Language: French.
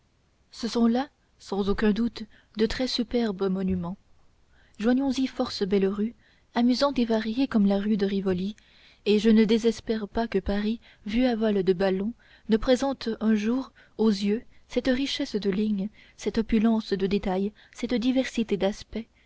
ce sont là sans aucun doute de très superbes monuments joignons y force belles rues amusantes et variées comme la rue de rivoli et je ne désespère pas que paris vu à vol de ballon ne présente un jour aux yeux cette richesse de lignes cette opulence de détails cette diversité d'aspects